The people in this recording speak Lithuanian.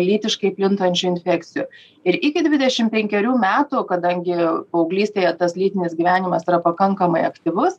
lytiškai plintančių infekcijų ir iki dvidešim penkerių metų kadangi paauglystėje tas lytinis gyvenimas yra pakankamai aktyvus